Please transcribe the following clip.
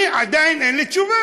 אני, עדיין אין לי תשובה.